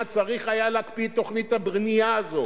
צריך היה להקפיא את תוכנית הבנייה הזאת.